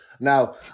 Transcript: Now